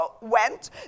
went